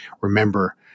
remember